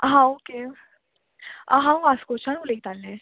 हां ओके हांव वास्कोचान उलयतालें